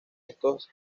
estos